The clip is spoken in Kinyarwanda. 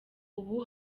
ubu